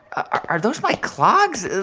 are those my clogs,